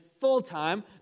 full-time